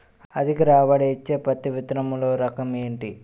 అధిక రాబడి ఇచ్చే పత్తి విత్తనములు రకం ఏంటి?